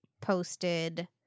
posted